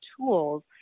tools